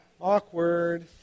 Awkward